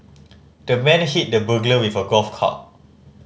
the man hit the burglar with a golf club